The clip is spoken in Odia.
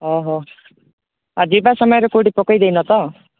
ଓହୋ ଆଉ ଯିବା ସମୟରେ କୋଉଠି ପକେଇ ଦେଇନ ତ